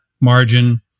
margin